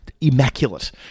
immaculate